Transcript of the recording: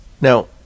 Now